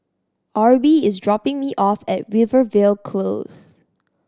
Arbie is dropping me off at Rivervale Close